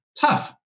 tough